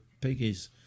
Piggies